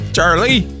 Charlie